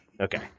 Okay